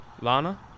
Lana